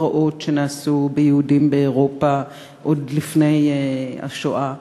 לפרעות שנעשו ביהודים באירופה עוד לפני השואה,